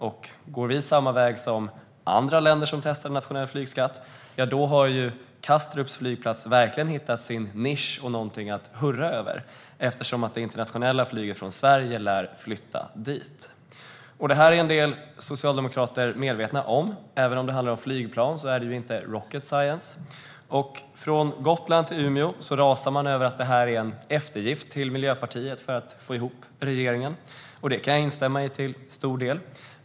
Om vi går samma väg som andra länder som testar en nationell flygskatt har Kastrups flygplats verkligen hittat sin nisch och någonting att hurra för, eftersom det internationella flyget från Sverige lär flytta dit. Detta är en del socialdemokrater medvetna om; även om det handlar om flygplan är det ju inte rocket science. Från Gotland till Umeå rasar man över att detta är en eftergift till Miljöpartiet för att få ihop regeringen, och det kan jag instämma i till stor del.